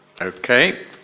Okay